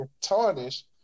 tarnish